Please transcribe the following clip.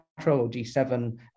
G7